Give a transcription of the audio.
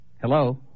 Hello